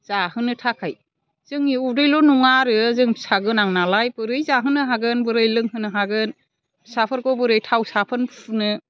जाहोनो थाखाय जोंनि उदैल' नङा आरो जों फिसागोनां नालाय बोरै जाहोनो हागोन बोरै लोंहोनो हागोन फिसाफोरखौ बोरै थाव साबोन फुननो